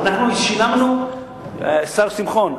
השר שמחון,